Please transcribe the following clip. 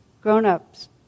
grown-ups